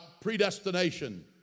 predestination